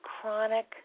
chronic